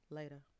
Later